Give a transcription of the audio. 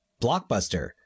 blockbuster